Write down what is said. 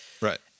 Right